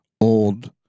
old